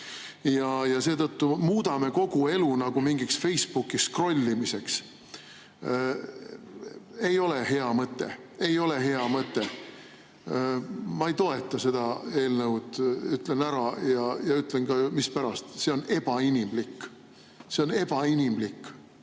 ja seetõttu muudame kogu elu nagu mingiks Facebookis skrollimiseks. Ei ole hea mõte, ei ole hea mõte. Ma ei toeta seda eelnõu, ütlen ära ja ütlen ka, mispärast: see on ebainimlik. See on ebainimlik.